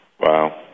Wow